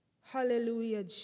Hallelujah